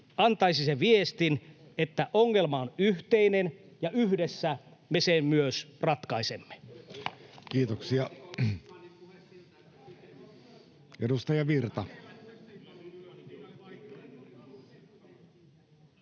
antaisi se viestin, että ongelma on yhteinen ja yhdessä me sen myös ratkaisemme. [Speech 12] Speaker: